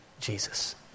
Jesus